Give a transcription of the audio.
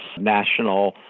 national